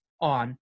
on